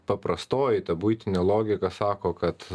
paprastoji ta buitinė logika sako kad